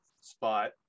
spot